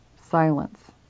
silence